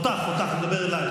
אני מדבר אלייך.